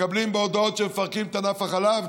מקבלים בהודעות שמפרקים את ענף החלב,